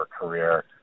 career